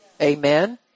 Amen